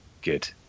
good